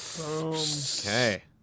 Okay